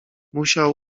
musiał